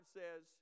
says